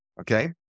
Okay